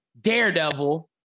Daredevil